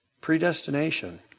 predestination